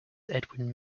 edwin